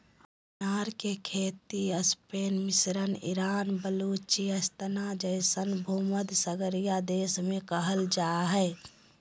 अनार के खेती स्पेन मिस्र ईरान और बलूचिस्तान जैसन भूमध्यसागरीय देश में कइल जा हइ